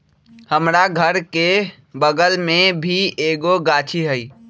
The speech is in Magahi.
हमरा घर के बगल मे भी एगो गाछी हई